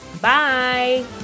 Bye